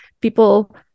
People